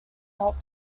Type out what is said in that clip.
help